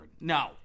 No